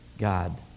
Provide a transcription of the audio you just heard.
God